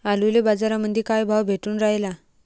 आलूले बाजारामंदी काय भाव भेटून रायला?